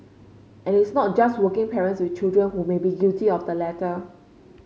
and it's not just working parents with children who may be guilty of the latter